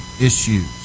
issues